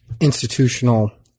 institutional